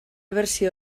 versió